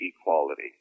equality